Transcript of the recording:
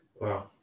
Wow